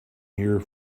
here